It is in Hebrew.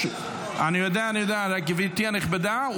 גברתי הנכבדה,